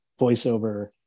voiceover